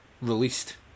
released